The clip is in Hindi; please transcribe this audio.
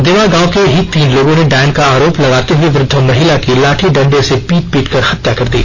देवां गाँव के ही तीन लोगों ने डायन का आरोप लगाते हुए वृद्ध महिला की लाठी डण्डे से पीट पीटकर कर हत्या कर दी